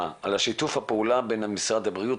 שיתוף הפעולה בין משרד הבריאות,